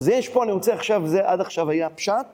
זה יש פה, אני רוצה עכשיו, זה עד עכשיו היה פשט.